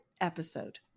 episode